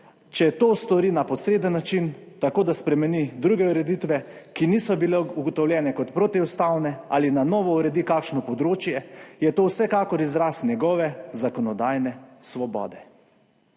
če to stori na posreden način, tako da spremeni druge ureditve, ki niso bile ugotovljene kot protiustavne, ali na novo uredi kakšno področje, je to vsekakor izraz njegove zakonodajne svobode.